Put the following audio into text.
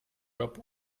job